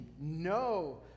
no